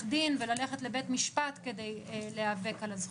דין וללכת לבית משפט כדי להיאבק על הזכות.